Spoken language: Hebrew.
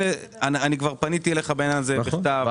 כבר פניתי אליך בעניין הזה בכתב.